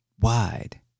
wide